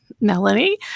Melanie